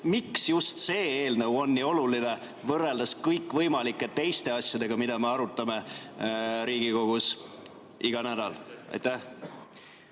Miks just see eelnõu on nii oluline võrreldes kõikvõimalike teiste asjadega, mida me arutame Riigikogus iga nädal?